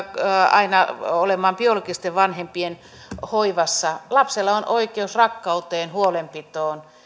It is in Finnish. aina olemaan biologisten vanhempien hoivassa lapsella on oikeus rakkauteen huolenpitoon